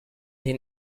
den